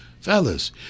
Fellas